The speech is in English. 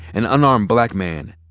an unarmed black man,